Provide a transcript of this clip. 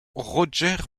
roger